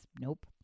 Nope